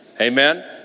Amen